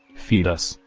feed us,